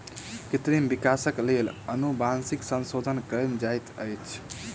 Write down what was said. कृत्रिम विकासक लेल अनुवांशिक संशोधन कयल जाइत अछि